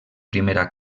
primera